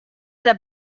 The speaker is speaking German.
der